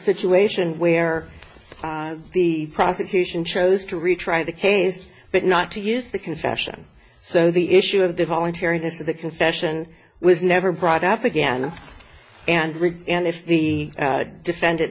situation where the prosecution chose to retry the case but not to use the confession so the issue of the voluntariness of the confession was never brought up again and rick and if the defendant